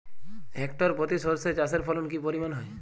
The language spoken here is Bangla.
হেক্টর প্রতি সর্ষে চাষের ফলন কি পরিমাণ হয়?